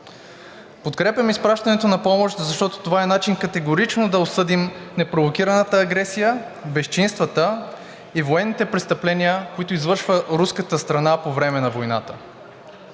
Подкрепям за пращането на помощ, защото това е начин категорично да осъдим непровокираната агресия, безчинствата и военните престъпления, които извършва руската страна по време на войната.